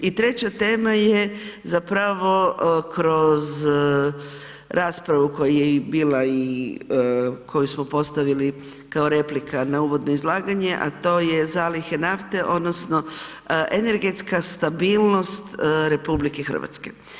I treća tema je zapravo kroz raspravu koja je bila i koju smo postavili kao replika na uvodno izlaganje a to je zalihe nafte odnosno energetska stabilnost RH.